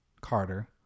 Carter